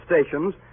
stations